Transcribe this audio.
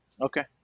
Okay